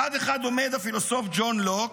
מצד אחד עומד הפילוסוף ג'ון לוק,